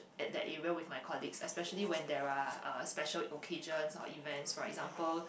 at that area with my colleagues especially when there are uh special occasions or events for example